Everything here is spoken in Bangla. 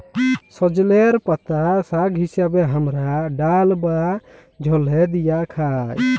সজলের পাতা শাক হিসেবে হামরা ডাল বা ঝলে দিয়ে খাই